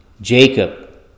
Jacob